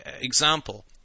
example